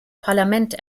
parlament